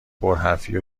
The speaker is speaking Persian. پرحرفی